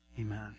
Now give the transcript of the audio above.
Amen